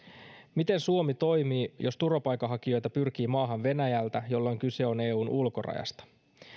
miten suomi toimii jos turvapaikanhakijoita pyrkii maahan venäjältä jolloin kyse on eun ulkorajasta